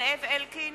זאב אלקין,